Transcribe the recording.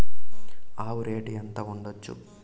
ఆవు రేటు ఎంత ఉండచ్చు?